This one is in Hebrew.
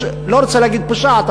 לא רוצה להגיד פושעת,